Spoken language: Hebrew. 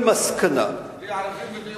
מי ערבי ומי יהודי.